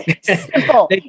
Simple